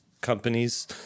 companies